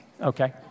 okay